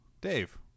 Dave